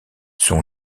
son